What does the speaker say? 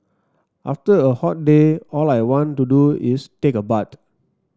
after a hot day all I want to do is take a bath